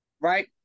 right